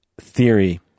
theory